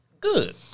Good